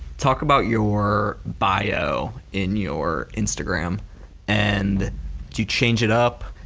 talk about your bio in your instagram and do you change it up?